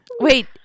wait